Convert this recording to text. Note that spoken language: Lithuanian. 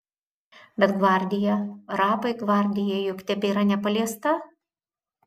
bet gvardija rapai gvardija juk tebėra nepaliesta